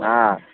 হ্যাঁ